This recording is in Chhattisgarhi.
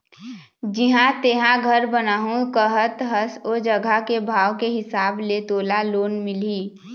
जिहाँ तेंहा घर बनाहूँ कहत हस ओ जघा के भाव के हिसाब ले तोला लोन मिलही